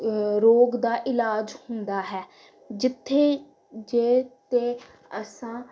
ਰੋਗ ਦਾ ਇਲਾਜ ਹੁੰਦਾ ਹੈ ਜਿੱਥੇ ਜੇ ਤੇ ਅਸੀਂ